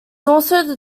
also